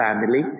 family